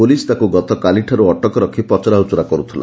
police ତାକୁ ଗତକାଲିଠାରୁ ଅଟକ ରଖି ପଚରା ଉଚୁରା କରୁଥିଲା